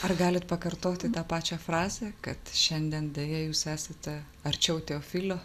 ar galit pakartoti tą pačią frazę kad šiandien deja jūs esate arčiau teofilio